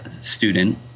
student